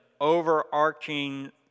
overarching